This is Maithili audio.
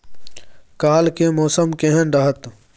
काल के मौसम केहन रहत?